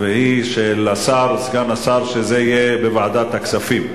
והיא של סגן השר, שזה יהיה בוועדת הכספים.